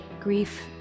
grief